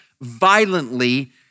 violently